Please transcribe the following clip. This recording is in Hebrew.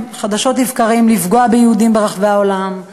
חדשות לבקרים לפגוע ביהודים ברחבי העולם,